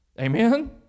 Amen